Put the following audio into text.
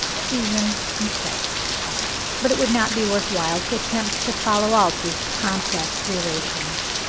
season, and sex but it would not be worth while to attempt to follow out these complex relations.